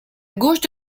gauche